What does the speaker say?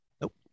Nope